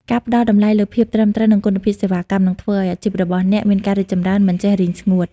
ការផ្តល់តម្លៃលើភាពត្រឹមត្រូវ និងគុណភាពសេវាកម្ម នឹងធ្វើឱ្យអាជីពរបស់អ្នកមានការរីកចម្រើនមិនចេះរីងស្ងួត។